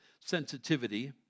sensitivity